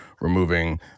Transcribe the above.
removing